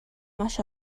маш